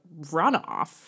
runoff